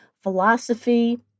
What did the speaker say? philosophy